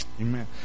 Amen